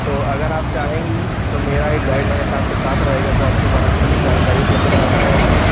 तो अगर आप चाहेंगी तो मेरा एक गाइड हमेशा आपके साथ रहेगा जो हमेशा आपको वहाँ की जानकारी उपलब्ध कराता रहेगा